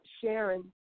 Sharon